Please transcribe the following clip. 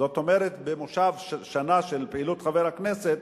זאת אומרת, במושב של שנה של פעילות חבר הכנסת,